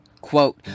quote